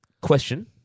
Question